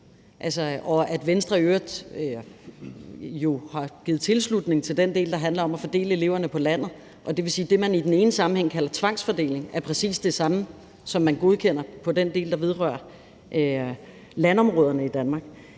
og at Venstre jo har givet tilslutning til den del, der handler om at fordele eleverne på landet. Og det vil sige, at det, man i den ene sammenhæng kalder tvangsfordeling, er præcis det samme, som man godkender i den del, der vedrører landområderne i Danmark.